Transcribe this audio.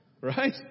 Right